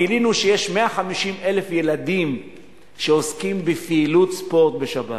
גילינו שיש 150,000 ילדים שעוסקים בפעילות ספורט בשבת,